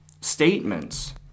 statements